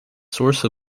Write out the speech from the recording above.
source